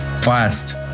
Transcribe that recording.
Fast